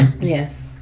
Yes